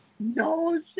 no